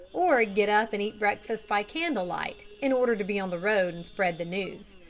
or get up and eat breakfast by candle-light in order to be on the road and spread the news.